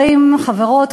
חברות,